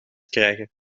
krijgen